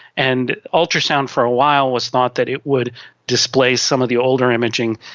and ultrasound for a while was thought that it would displace some of the older imaging,